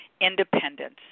independence